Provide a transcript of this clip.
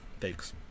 Thanks